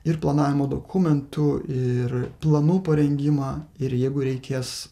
ir planavimo dokumentų ir planų parengimą ir jeigu reikės